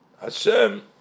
Hashem